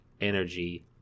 energy